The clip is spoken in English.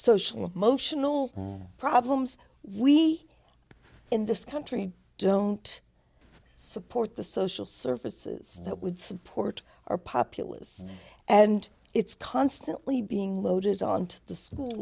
social emotional problems we in this country don't support the social services that would support our populace and it's constantly being loaded on to the school